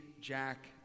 Jack